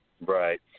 Right